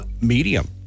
Medium